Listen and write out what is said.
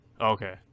okay